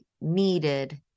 needed